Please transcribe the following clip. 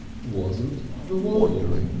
wasn't the world.